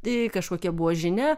tai kažkokia buvo žinia